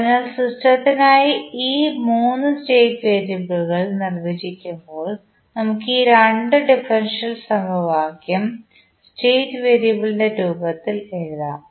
അതിനാൽ സിസ്റ്റത്തിനായി ഈ 3 സ്റ്റേറ്റ് വേരിയബിളുകൾ നിർവചിക്കുമ്പോൾ നമുക്ക് ഈ 2 ഡിഫറൻഷ്യൽ സമവാക്യം സ്റ്റേറ്റ് വേരിയബിളിന്റെ രൂപത്തിൽ എഴുതാം